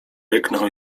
ryknął